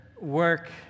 work